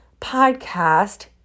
podcast